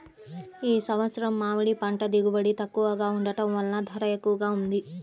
ఈ సంవత్సరం మామిడి పంట దిగుబడి తక్కువగా ఉండటం వలన ధర ఎక్కువగా ఉంది